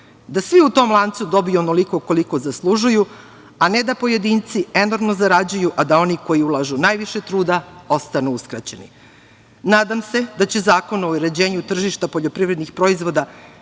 da svi u tom lancu dobiju onoliko koliko zalužuju, a ne da pojedinci enormno zarađuju, a da oni koji ulažu najviše truda ostanu uskraćeni. Nadam se da će Zakon o uređenju tržišta poljoprivrednih proizvoda